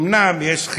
אומנם יש,